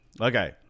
Okay